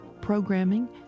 programming